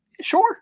sure